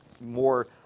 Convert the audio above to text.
more